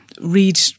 read